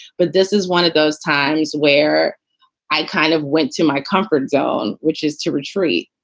but this is one of those times where i kind of went to my comfort zone, which is to retreat,